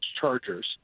Chargers